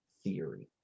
theory